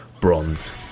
bronze